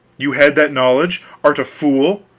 you had that knowledge! art a fool?